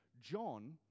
John